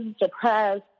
depressed